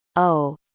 o